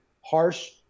harsh